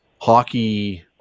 hockey